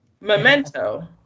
Memento